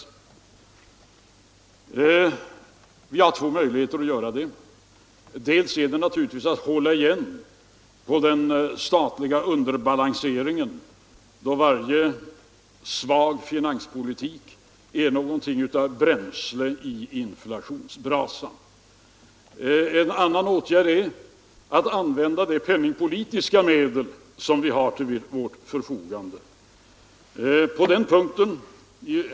Vi har två möjligheter att göra detta. Dels gäller det naturligtvis att hålla igen den statliga underbalanseringen, då varje svag finanspolitik är något av bränsle på inflationsbrasan. Dels kan man använda de penningpolitiska medel som vi har till vårt förfogande.